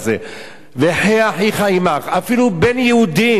אפילו בין יהודים, חייך קודמים לחיי חברך.